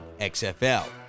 XFL